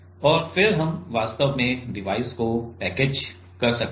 और फिर हम वास्तव में डिवाइस को पैकेज कर सकते हैं